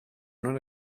non